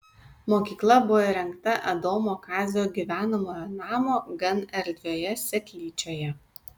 mokykla buvo įrengta adomo kazio gyvenamojo namo gan erdvioje seklyčioje